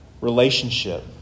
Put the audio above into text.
relationship